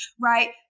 right